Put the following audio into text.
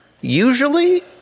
usually